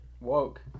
woke